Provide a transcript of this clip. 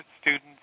students